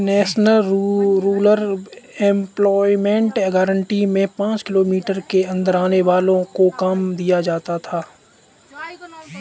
national rural employment guarantee में पांच kilometre के अंदर आने वालो को काम दिया जाता था